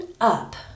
up